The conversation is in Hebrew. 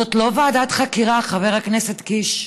זאת לא ועדת חקירה, חבר הכנסת קיש,